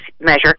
measure